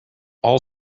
all